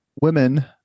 Women